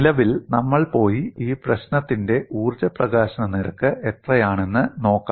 നിലവിൽ നമ്മൾ പോയി ഈ പ്രശ്നത്തിന്റെ ഊർജ്ജ പ്രകാശന നിരക്ക് എത്രയാണെന്ന് നോക്കാം